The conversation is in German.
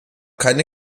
keine